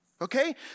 Okay